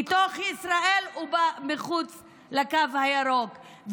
בתוך ישראל ומחוץ לקו הירוק.